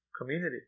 Community